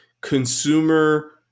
consumer